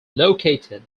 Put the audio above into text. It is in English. located